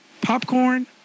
Popcorn